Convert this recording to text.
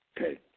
okay